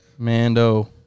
Mando